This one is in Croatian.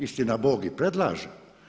Istinabog i predlaže.